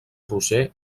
roser